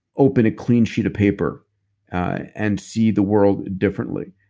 open a clean sheet of paper and see the world differently?